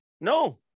No